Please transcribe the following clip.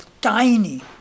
tiny